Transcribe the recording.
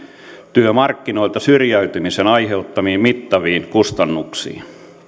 työmarkkinoilta syrjäytymisen aiheuttamiin mittaviin kustannuksiin